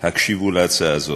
הקשיבו להצעה הזאת.